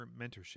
mentorship